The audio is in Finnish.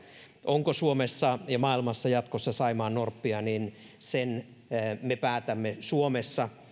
onko suomessa ja maailmassa jatkossa saimaannorppia sen me päätämme suomessa